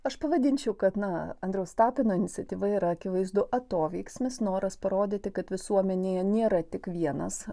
aš pavadinčiau kad na andriaus tapino iniciatyva yra akivaizdu atoveiksmis noras parodyti kad visuomenėje nėra tik vienas